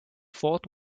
fort